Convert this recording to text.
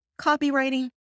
copywriting